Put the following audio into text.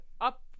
up